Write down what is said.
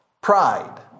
Pride